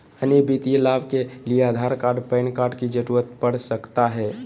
अन्य वित्तीय लाभ के लिए आधार कार्ड पैन कार्ड की जरूरत पड़ सकता है?